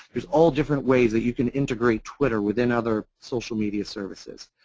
there's all different ways ah you can integrate twitter within other social media services.